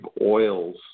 oils